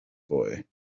boy